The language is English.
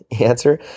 answer